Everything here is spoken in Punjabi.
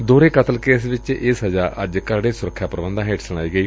ਦੋਹਰੇ ਕਤਲ ਕੇਸ ਵਿਚ ਇਹ ਸਜ਼ਾ ਅੱਜ ਕਰੜੇ ਸੁਰੱਖਿਆ ਪ੍ਰਬੰਧਾਂ ਹੇਠ ਸੁਣਾਈ ਗਈ